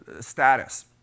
status